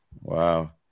Wow